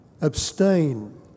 Abstain